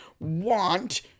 want